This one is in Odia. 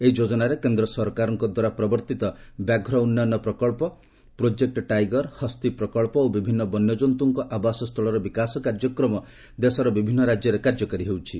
ଏହି ଯୋଜନାରେ କେନ୍ଦ୍ର ସରକାରଙ୍କ ଦ୍ୱାରା ପ୍ରବର୍ତ୍ତ ବ୍ୟାଘ୍ର ଉନ୍ନୟନ ପ୍ରକଳ୍ପ ଯଥା ପ୍ରୋଜେକୁ ଟାଇଗର୍ହସ୍ତୀ ପ୍ରକଳ୍ପ ଓ ବିଭିନ୍ନ ବନ୍ୟକ୍ତ୍ତୁଙ୍କ ଆବାସସ୍ଥଳର ବିକାଶ କାର୍ଯ୍ୟକ୍ରମ ଦେଶର ବିଭିନ୍ନ ରାଜ୍ୟରେ କାର୍ଯ୍ୟକାରୀ ହେଉଛି